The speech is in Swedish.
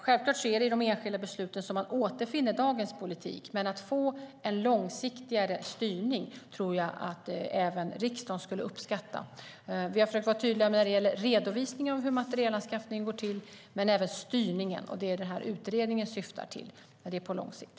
Självklart är det i de enskilda besluten som man återfinner dagens politik, men att få en mer långsiktig styrning tror jag att även riksdagen skulle uppskatta. Vi har försökt vara tydliga när det gäller redovisning av hur materielanskaffning går till, men även styrningen. Det är det som utredningen syftar till, men det är på lång sikt.